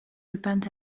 repent